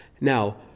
now